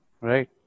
right